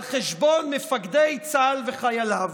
על חשבון מפקדי צה"ל וחייליו.